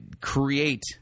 create